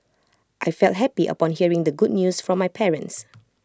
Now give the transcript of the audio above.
I felt happy upon hearing the good news from my parents